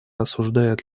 осуждает